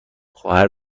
خواهر